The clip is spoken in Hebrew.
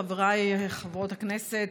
חבריי חברות וחברי הכנסת,